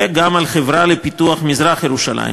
וגם על החברה לפיתוח מזרח-ירושלים,